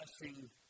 blessing